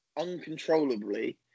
uncontrollably